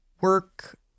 work